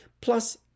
plus